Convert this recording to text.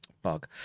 bug